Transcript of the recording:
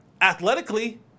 athletically